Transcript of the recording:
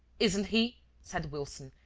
isn't he? said wilson,